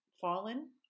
fallen